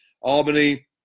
Albany